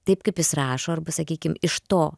taip kaip jis rašo arba sakykim iš to